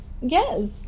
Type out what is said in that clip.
Yes